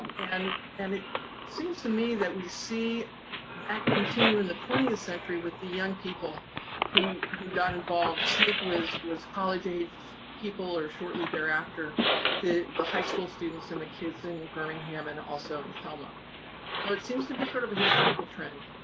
um and and it seems to me that we see that continue in the twentieth century with the young people who who got involved. sncc was was college age people or shortly thereafter the the high school students, and the kids and birmingham, and also in selma so it seems to be sort of a historical trend.